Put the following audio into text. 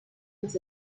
los